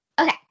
okay